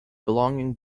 belonging